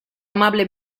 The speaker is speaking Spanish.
amable